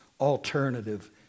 alternative